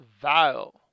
vile